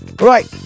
Right